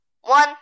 one